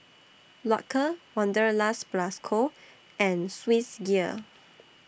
Loacker Wanderlust Plus Co and Swissgear